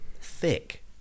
thick